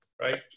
right